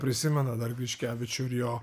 prisimena dar griškevičių ir jo